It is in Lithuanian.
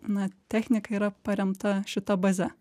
na technika yra paremta šita baze